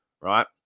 Right